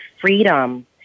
freedom